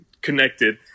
connected